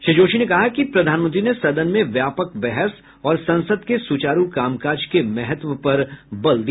श्री जोशी ने कहा कि प्रधानमंत्री ने सदन में व्यापक बहस और संसद के सुचारू कामकाज के महत्व पर बल दिया